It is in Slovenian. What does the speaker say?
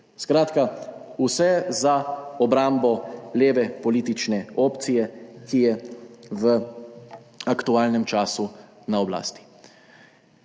Skratka, vse za obrambo leve politične opcije, ki je v aktualnem času na oblasti.